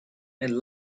and